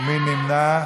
מי נמנע?